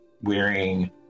wearing